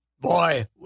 boy